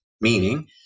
Meaning